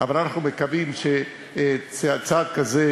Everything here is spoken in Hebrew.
אבל אנחנו מקווים שצעד כזה,